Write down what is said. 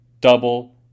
double